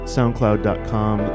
Soundcloud.com